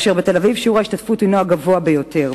ובתל-אביב שיעור ההשתתפות הוא הגבוה ביותר.